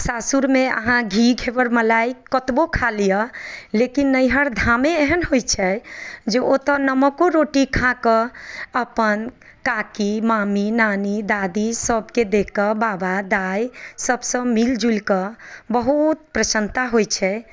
सासुरमे अहाँ घी घेबर मलाइ कतबो खा लिअ लेकिन नैहर धामे एहन होइ छै जे ओतऽ नमको रोटी खाकऽ अपन काकी मामी नानी दादी सभके देखकऽ बाबा दाइ सभसँ मिल जुलकऽ बहुत प्रसन्नता होइ छै